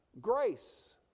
grace